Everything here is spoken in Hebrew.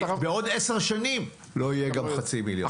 בכיס, כי בעוד עשר שנים לא יהיה גם חצי מיליון.